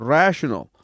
rational